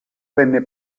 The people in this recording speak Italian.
venne